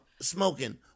smoking